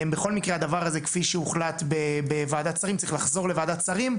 בכל מקרה הדבר הזה כפי שהוחלט בוועדת שרים צריך לחזור לוועדת שרים,